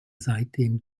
seitdem